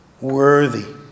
worthy